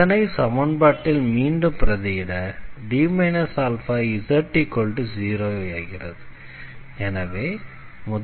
இதனை சமன்பாட்டில் மீண்டும் பிரதியிட D αz0 ஆகிறது